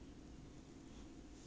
ah then 浪费 lah 你